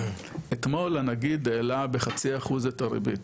אתמול הנגיד העלה ב- 0.5% את הריבית,